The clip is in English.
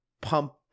pump